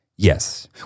Yes